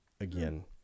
again